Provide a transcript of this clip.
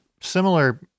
similar